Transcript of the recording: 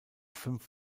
fünf